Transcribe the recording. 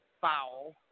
foul